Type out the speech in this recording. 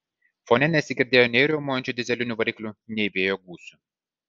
fone nesigirdėjo nei riaumojančių dyzelinių variklių nei vėjo gūsių